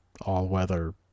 all-weather